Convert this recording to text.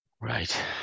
Right